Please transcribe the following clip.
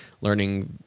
learning